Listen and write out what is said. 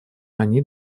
они